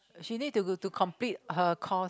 she need to to to complete her course